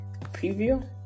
preview